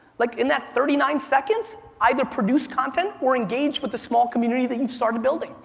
like in that thirty nine seconds, either produce content or engage with a small community that you've started building.